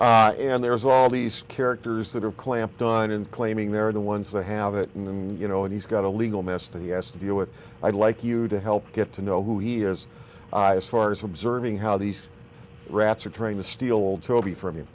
washington and there's all these characters that have clamped on and claiming they're the ones that have it and you know and he's got a legal mess that he has to deal with i'd like you to help get to know who he is as far as observing how these rats are trying to steal toby from you